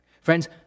Friends